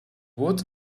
what